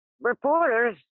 reporters